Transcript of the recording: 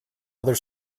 other